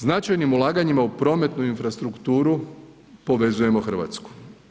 Značajnim ulaganjima u prometnu infrastrukturu povezujemo Hrvatsku.